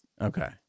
okay